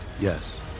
Yes